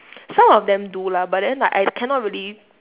some of them do lah but then like I cannot really